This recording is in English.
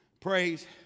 Praise